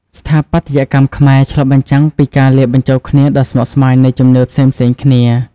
ស្ថាបត្យកម្មខ្មែរឆ្លុះបញ្ចាំងពី ការលាយបញ្ចូលគ្នា ដ៏ស្មុគស្មាញនៃជំនឿផ្សេងៗគ្នា។